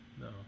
No